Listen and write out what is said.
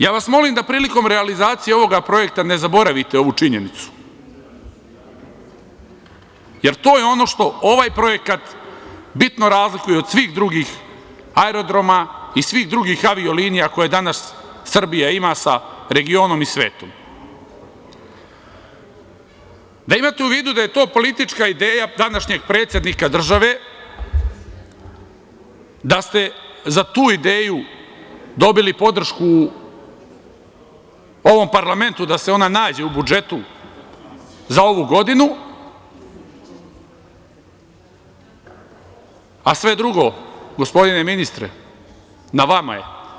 Ja vas molim da prilikom realizacije ovog projekta ne zaboravite ovu činjenicu, jer to je ono što ovaj projekat bitno razlikuje od svih drugih aerodroma i svih drugih avio linija koje danas Srbija ima sa regionom i svetom, da imate u vidu da je to politička ideja današnjeg predsednika države, da ste za tu ideju dobili podršku u ovom parlamentu, da se ona nađe u budžetu za ovu godinu, a sve drugo, gospodine ministre, na vama je.